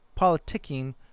politicking